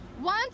One